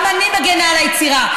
גם אני מגינה על היצירה,